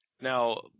Now